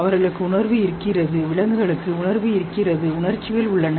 அவர்களுக்கு உணர்வு இருக்கிறது விலங்குகளுக்கு உணர்வு இருக்கிறது உணர்ச்சிகள் உள்ளன